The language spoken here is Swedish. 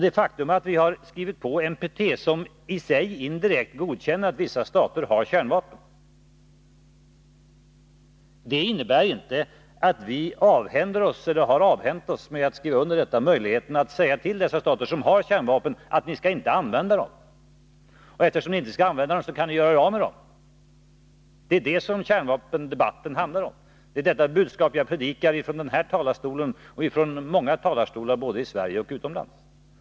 Det faktum att vi skrivit på NPT-avtalet som i sig indirekt godkänner att vissa stater har kärnvapen, innebär inte att vi har avhänt oss möjligheten att säga till dessa stater som har kärnvapen: Ni skall inte använda dem, och eftersom ni inte skall använda dem kan ni göra er av med dem. Det är detta som kärnvapendebatten handlar om. Det är detta budskap 11 Riksdagens protokoll 1981/82:80-84 som jag predikar ifrån den här talarstolen och ifrån många andra talarstolar, både i Sverige och utomlands.